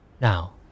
Now